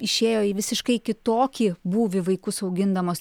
išėjo į visiškai kitokį būvį vaikus augindamos